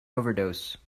overdose